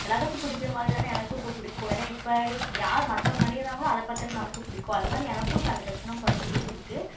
எல்லாத்துக்கும் பிடிக்கிற மாதிரிதான எனக்கு இப்போ பிடிக்கும் ஏன்னா இப்போ இருக்க யார் மற்றவங்க அணியிறாங்களோ அதை பார்த்தோன நமக்கு பிடிக்கும் அதை மாதிரி எனக்கும் இப்போ அந்த டிரெஸ் எல்லாம் போட பிடிச்சிருக்கு